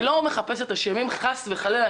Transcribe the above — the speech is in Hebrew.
אני לא מחפשת אשמים חס וחלילה,